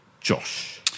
Josh